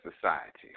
society